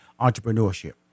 entrepreneurship